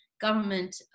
government